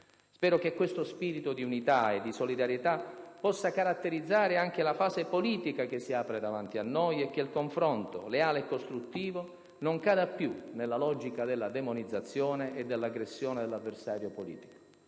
Spero che questo spirito di unità e di solidarietà possa caratterizzare anche la fase politica che si apre davanti a noi e che il confronto, leale e costruttivo, non cada più nella logica della demonizzazione e dell'aggressione dell'avversario politico.